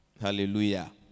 hallelujah